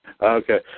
Okay